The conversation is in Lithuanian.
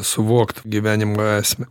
suvokt gyvenimo esmę